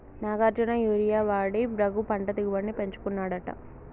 Nagarjuna urea వాడి రఘు పంట దిగుబడిని పెంచుకున్నాడట